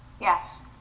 yes